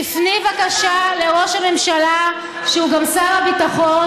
תפני בבקשה לראש הממשלה, שהוא גם שר הביטחון.